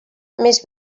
més